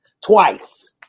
twice